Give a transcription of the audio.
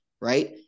Right